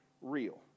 real